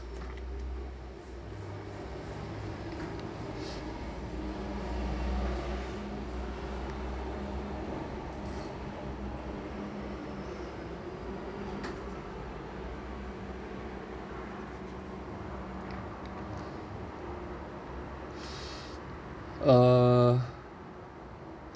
uh